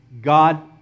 God